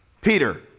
Peter